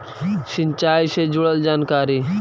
सिंचाई से जुड़ल जानकारी?